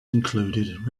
included